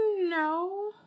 No